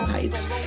Heights